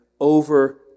over